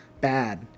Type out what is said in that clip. bad